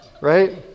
right